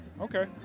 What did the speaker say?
Okay